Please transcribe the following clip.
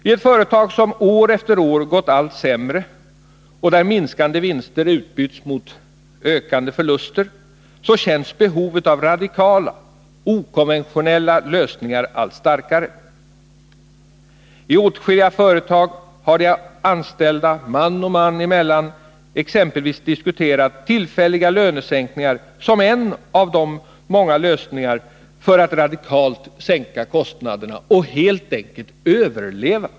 I ett företag som år efter år har gått allt sämre och där minskande vinster utbytts mot ökande förluster känns behovet av radikala, okonventionella lösningar allt starkare. I åtskilliga företag har de anställda man och man emellan exempelvis diskuterat tillfälliga lönesänkningar som en av många lösningar för att radikalt sänka kostnaderna, helt enkelt för att överleva.